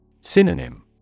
Synonym